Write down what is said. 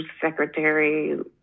secretary